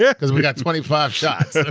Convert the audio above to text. yeah cause we got twenty five shots.